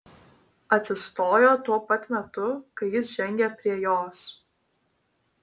atsistojo tuo pat metu kai jis žengė prie jos